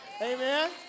Amen